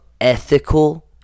ethical